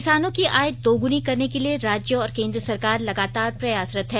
किसानों की आय दोगुनी करने के लिए राज्य और केंद्र सरकार लगातार प्रयासरत है